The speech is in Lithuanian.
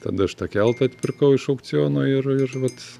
tada aš tą keltą atpirkau iš aukciono ir ir vat